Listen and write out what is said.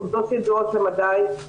עובדות ידועות למדי,